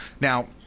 Now